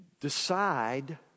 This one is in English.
decide